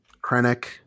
Krennic